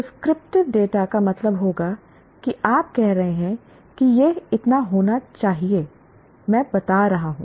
prescriptive data का मतलब होगा कि आप कह रहे हैं कि यह इतना होना चाहिए मैं बता रहा हूं